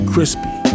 Crispy